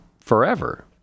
forever